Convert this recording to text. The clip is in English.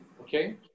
okay